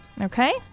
Okay